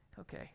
okay